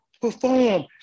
perform